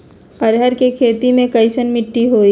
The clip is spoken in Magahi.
अरहर के खेती मे कैसन मिट्टी होइ?